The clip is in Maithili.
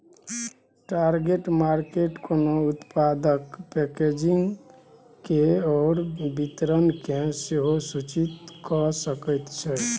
टारगेट मार्केट कोनो उत्पादक पैकेजिंग आओर वितरणकेँ सेहो सूचित कए सकैत छै